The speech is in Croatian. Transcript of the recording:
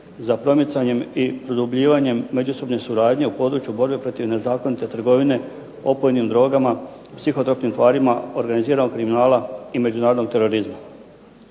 za promicanjem i produbljivanjem međusobne suradnje u području borbe protiv nezakonite trgovine opojnim drogama, psihotropnim tvarima, organiziranog kriminala i međunarodnog terorizma.